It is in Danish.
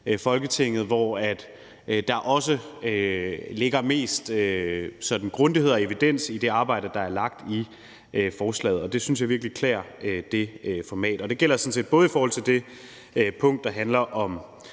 Folketinget – hvor der ligger mest sådan grundighed og evidens i det arbejde, der er lagt i forslaget. Og det synes jeg virkelig klæder det format. Det gælder sådan set både i forhold til det punkt, der handler om